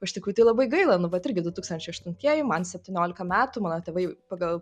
o iš tikrųjų tai labai gaila nu vat irgi du tūkstančiai aštuntieji man septyniolika metų mano tėvai pagal